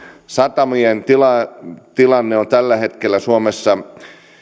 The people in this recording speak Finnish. satamien tilanne on tällä hetkellä suomessa